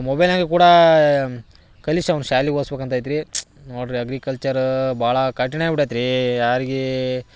ಮೊಬೈಲ್ನ್ಯಾಗೆ ಕೂಡ ಕಲಿಸಿ ಅವ್ನು ಶಾಲೆಗೆ ಓದ್ಸ್ಬೇಕಂತ ಐತೆ ರೀ ನೋಡ್ರಿ ಅಗ್ರಿಕಲ್ಚರ ಭಾಳ ಕಠಿಣ ಆಗ್ಬಿಟ್ಟೈತಿ ರೀ ಯಾರಿಗೆ